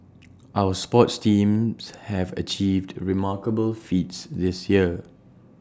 our sports teams have achieved remarkable feats this year